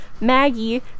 Maggie